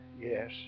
Yes